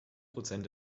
prozent